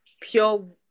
pure